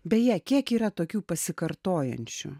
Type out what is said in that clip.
beje kiek yra tokių pasikartojančių